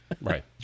right